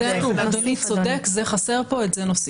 אדוני צודק, זה חסר פה ואנחנו נוסיף.